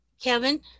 Kevin